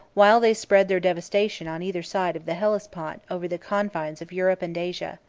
while they spread their devastation on either side of the hellespont over the confines of europe and asia.